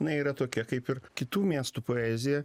jinai yra tokia kaip ir kitų miestų poezija